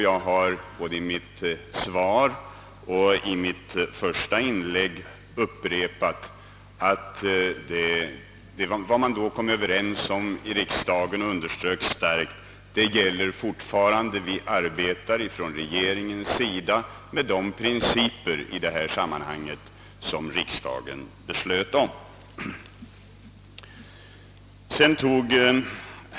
Jag har både i mitt svar och i mitt första inlägg upprepat, att vi arbetar från regeringens sida enligt de principer i detta sammanhang som riksdagen uttalade sig för.